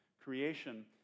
creation